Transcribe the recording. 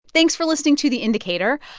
thanks for listening to the indicator.